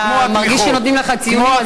אתה מרגיש שנותנים לך ציונים.